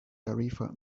tarifa